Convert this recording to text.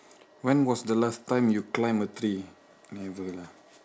when was the last time you climbed a tree never lah